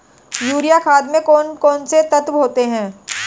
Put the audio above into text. Urea खाद में कौन कौन से तत्व होते हैं?